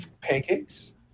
pancakes